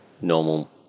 normal